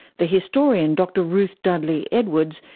the historian dr ruth dudley edwards,